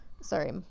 Sorry